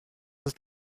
ist